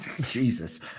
Jesus